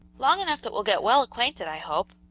long enough, that we'll get well acquainted, i hope.